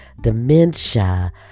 dementia